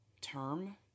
term